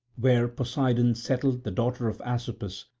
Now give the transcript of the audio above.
where poseidon settled the daughter of asopus,